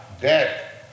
death